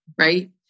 right